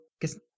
guess